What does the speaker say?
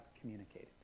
communicated